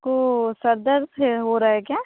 आपको सरदर्द है हो रहा है क्या